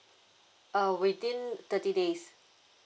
uh within thirty days